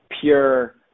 pure